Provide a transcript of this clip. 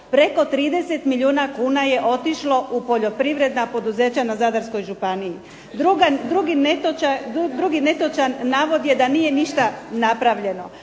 Preko 30 milijuna kuna je otišlo u poljoprivredna poduzeća na Zadarskoj županiji. Drugi netočan navod je da nije ništa napravljeno.